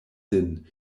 sin